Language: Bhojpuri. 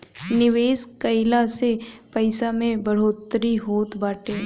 निवेश कइला से पईसा में बढ़ोतरी होत बाटे